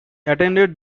attended